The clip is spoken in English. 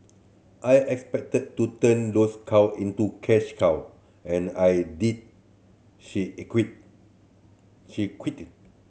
I expected to turn those cow into cash cow and I did she she quipped